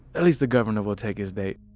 at least the governor will take his date.